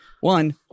one